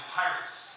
pirates